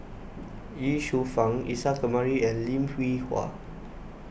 Ye Shufang Isa Kamari and Lim Hwee Hua